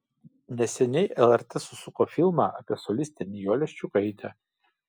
neseniai lrt susuko filmą apie solistę nijolę ščiukaitę